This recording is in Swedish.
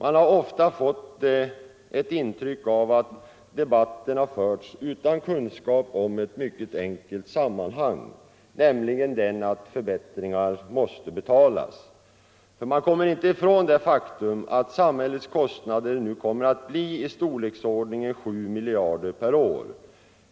Man har ofta fått ett intryck av att debatten har förts utan kunskap om ett mycket enkelt sammanhang, nämligen att förbättringar måste betalas. Vi kommer inte ifrån det faktum att samhällets kostnader nu kommer att bli i storleksordningen 7 miljarder per år,